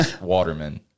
waterman